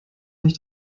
nicht